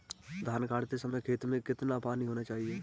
धान गाड़ते समय खेत में कितना पानी होना चाहिए?